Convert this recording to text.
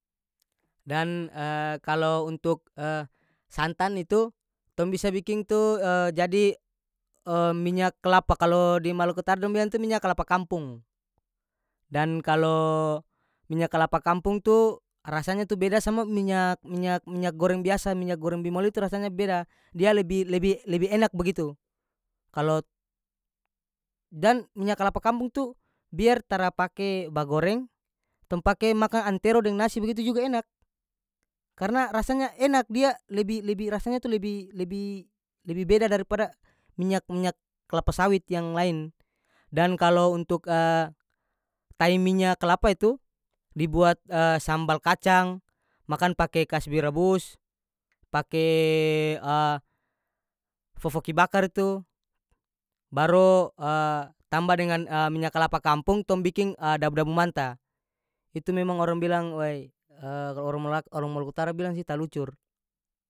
Dan kalo untuk santan itu tong bisa bikin itu jadi minyak kelapa kalo di maluku utara dong bilang tu minya kalapa kampung dan kalo minya kalapa kampung tu rasanya tu beda sama minyak minyak- minyak goreng biasa minyak goreng bimoli tu rasanya beda dia lebih lebih- lebih enak bagitu kalo dan minya kalapa kampung tu biar tara pake bagoreng tong pake makang antero deng nasi bagitu juga enak karena rasanya enak dia lebi- lebi rasanya tu lebi lebi- lebi beda daripada minyak- minyak kelapa sawit yang lain dan kalo untuk tai minya kalapa itu dibuat sambal kacang makan pake kasbi rabus pake fofoki bakar tu baro tamba dengan minya kalapa kampung tong biking dabu-dabu manta itu memang orang bilang wey orang malak orang maluku utara bilang sih talucur.